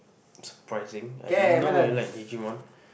surprising I didn't know you like digimon